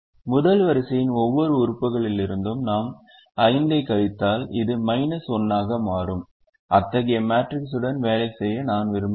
முதல் வரிசையின் ஒவ்வொரு உறுப்புகளிலிருந்தும் நாம் 5 ஐக் கழித்தால் இது மைனஸ் 1 ஆக மாறும் அத்தகைய மேட்ரிக்ஸுடன் வேலை செய்ய நான் விரும்பவில்லை